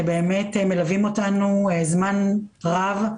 שבאמת מלווים אותנו זמן רב,